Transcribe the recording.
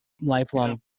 lifelong